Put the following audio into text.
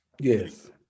Yes